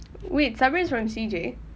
wait sabari's from C_J